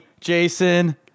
Jason